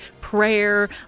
prayer